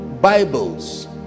Bibles